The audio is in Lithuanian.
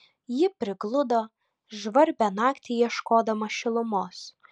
ji prigludo žvarbią naktį ieškodama šilumos